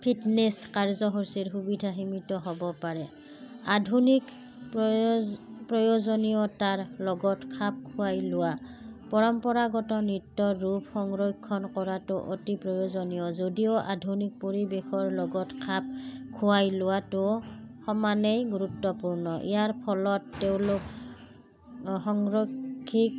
fitness কাৰ্যসূচীৰ সুবিধা সীমিত হ'ব পাৰে আধুনিক প্ৰয়ো প্ৰয়োজনীয়তাৰ লগত খাপ খুৱাই লোৱা পৰম্পৰাগত নৃত্য ৰূপ সংৰক্ষণ কৰাটো অতি প্ৰয়োজনীয় যদিও আধুনিক পৰিৱেশৰ লগত খাপ খুৱাই লোৱাটো সমানেই গুৰুত্বপূৰ্ণ ইয়াৰ ফলত তেওঁলোক সংৰক্ষিক